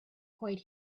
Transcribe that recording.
quite